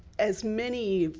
as many,